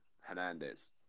Hernandez